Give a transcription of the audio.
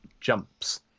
jumps